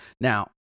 now